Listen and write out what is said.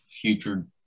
future